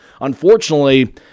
unfortunately